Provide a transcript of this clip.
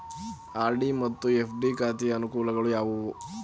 RD ಮತ್ತು FD ಖಾತೆಯ ಅನುಕೂಲಗಳು ಯಾವುವು?